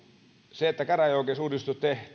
sekin että käräjäoikeusuudistus